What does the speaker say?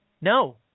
No